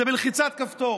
זה בלחיצת כפתור.